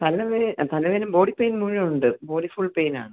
തലവേ തലവേദനയും body pain മുഴുവനും ഉണ്ട് ബോഡി ഫുൾ പെയിൻ ആണ്